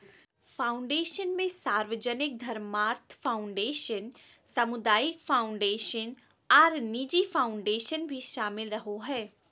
foundation मे सार्वजनिक धर्मार्थ फ़ाउंडेशन, सामुदायिक फ़ाउंडेशन आर निजी फ़ाउंडेशन भी शामिल रहो हय,